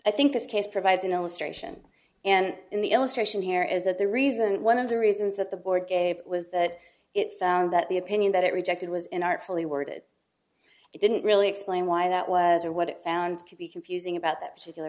i think this case provides an illustration and in the illustration here is that the reason one of the reasons that the board gave was that it found that the opinion that it rejected was in artfully worded it didn't really explain why that was or what it found to be confusing about that particular